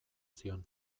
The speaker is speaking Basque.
zion